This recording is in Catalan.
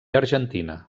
argentina